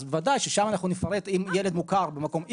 בוודאי ששם אנחנו נפרט אם ילד מוכר במקום X,